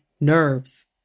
nerves